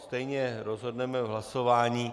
Stejně rozhodneme v hlasování.